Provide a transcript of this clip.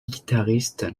guitariste